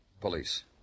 police